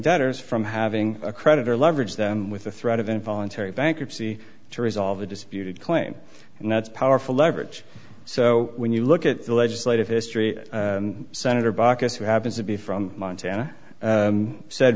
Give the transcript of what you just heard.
debtors from having a creditor leverage them with the threat of involuntary bankruptcy to resolve a disputed claim and that's powerful leverage so when you look at the legislative history senator baucus who happens to be from montana said